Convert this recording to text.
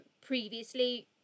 previously